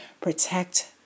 Protect